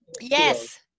Yes